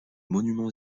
monuments